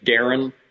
Darren